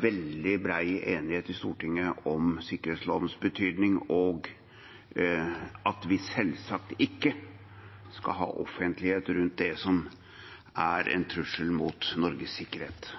veldig bred enighet i Stortinget om sikkerhetslovens betydning, og at vi selvsagt ikke skal ha offentlighet rundt det som er en trussel mot Norges sikkerhet.